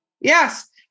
Yes